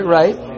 right